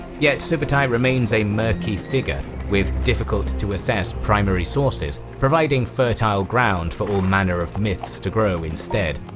yet, subutai remains a murky figure, with difficult to access primary sources providing fertile ground for all manner of myths to grow instead.